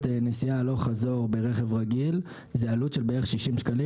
נסיעה הלוך-חזור ברכב רגיל זו עלות של כ-60 שקלים,